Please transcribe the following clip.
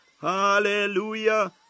hallelujah